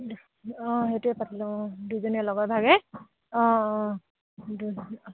অঁ সেইটোৱে পাতি লওঁ অঁ দুজনীয়ে লগে ভাগে অঁ অঁ